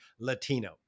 Latino